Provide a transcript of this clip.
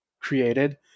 created